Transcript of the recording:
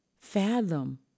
fathom